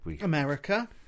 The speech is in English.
America